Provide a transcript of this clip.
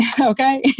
Okay